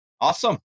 Awesome